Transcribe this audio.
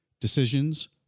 decisions